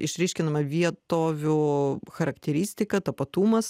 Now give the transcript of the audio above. išryškinama vietovių charakteristika tapatumas